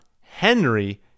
Henry